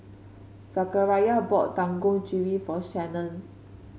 Zechariah bought Dangojiru for Shannan